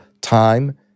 time